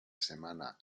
semana